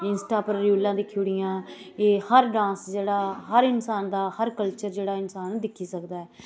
Insta पर रीलां दिक्खी ओड़ियां एह् हर डांस जेह्ड़ा हर इंसान दा हर कल्चर जेह्ड़ा इंसान दिक्खी सकदा ऐ